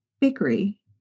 bakery